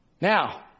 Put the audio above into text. Now